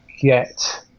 get